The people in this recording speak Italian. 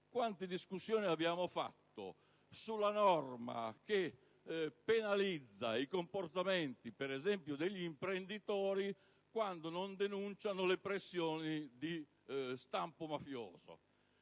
abbiamo discusso a lungo sulla norma che penalizza i comportamenti degli imprenditori quando non denunciano le pressioni di stampo mafioso.